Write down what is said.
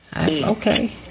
Okay